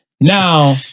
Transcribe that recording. Now